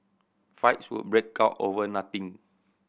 fights would break out over nothing